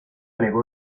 negó